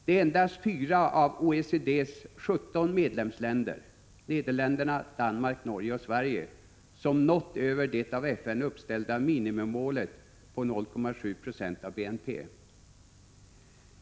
Det är endast 4 av OECD:s 17 medlemsländer — Nederländerna, Danmark, Norge och Sverige — som nått över det av FN uppställda minimimålet på 0,7 90 av BNP.